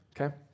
okay